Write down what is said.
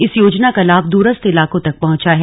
इस योजना का लाभ दूरस्थ इलाकों तक पहुंचा है